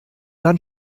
dann